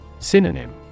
Synonym